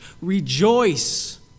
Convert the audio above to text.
Rejoice